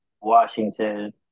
Washington